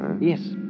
Yes